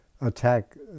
attack